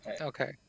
Okay